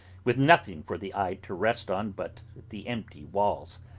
with nothing for the eye to rest on but the empty walls,